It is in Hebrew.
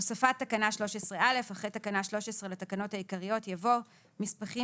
הוספת תקנה 13א אחרי תקנה 13 לתקנות העיקריות יבוא: "מסמכים